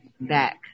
back